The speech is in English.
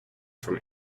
from